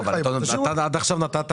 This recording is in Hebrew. עד עכשיו נתת